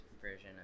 version